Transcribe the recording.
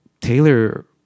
Taylor